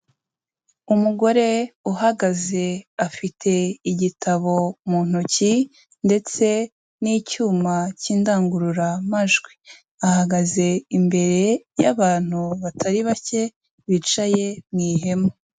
Umugore uhagaze afite igitabo mu ntoki, ndetse n'icyuma cy'indangururamajwi, ahagaze imbere y'abantu batari bake, bicaye mu ihema.